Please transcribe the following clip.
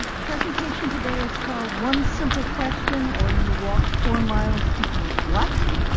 presentation today is called one simple question or you walked four miles to eat what!